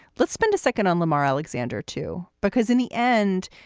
let's spend a second on lamar alexander, too, because in the end,